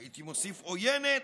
הייתי מוסיף עוינת,